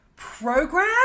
program